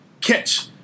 catch